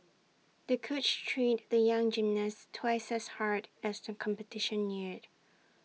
the coach trained the young gymnast twice as hard as the competition neared